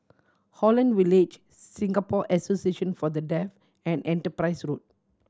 Holland Village Singapore Association For The Deaf and Enterprise Road